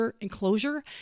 enclosure